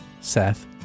Seth